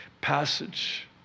passage